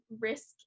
risk